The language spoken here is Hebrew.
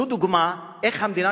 זאת דוגמה איך המדינה,